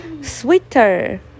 Sweeter